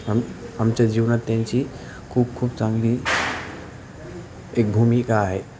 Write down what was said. आम आमच्या जीवनात त्यांची खूप खूप चांगली एक भूमिका आहे